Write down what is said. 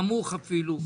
אפילו נמוך,